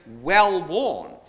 well-worn